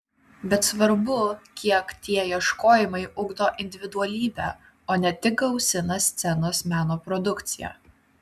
bet svarbu kiek tie ieškojimai ugdo individualybę o ne tik gausina scenos meno produkciją